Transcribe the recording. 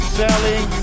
selling